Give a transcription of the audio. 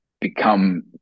become